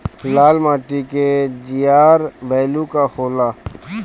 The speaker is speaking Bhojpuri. लाल माटी के जीआर बैलू का होला?